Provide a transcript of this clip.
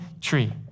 tree